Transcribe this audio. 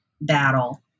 battle